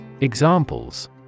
Examples